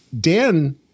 Dan